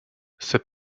ses